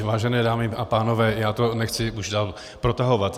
Vážené dámy a pánové, já už to nechci dále protahovat.